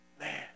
man